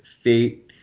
Fate